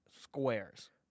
Squares